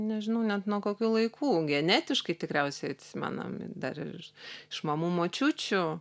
nežinau net nuo kokių laikų genetiškai tikriausiai atsimenam dar ir iš iš mamų močiučių